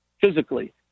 physically